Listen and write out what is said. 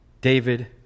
David